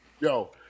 yo